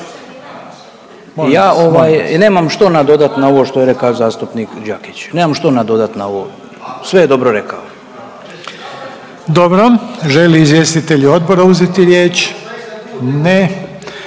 ovaj nemam što nadodat na ovo što je rekao zastupnik Đakić, nemam što nadodat na ovo, sve je dobro rekao. **Reiner, Željko (HDZ)** Dobro, žele li izvjestitelji odbora uzeti riječ? Ne,